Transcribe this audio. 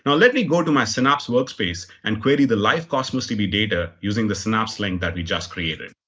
let me go to my synapse workspace and query the live cosmos db data using the synapse link that we just created.